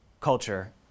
culture